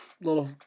little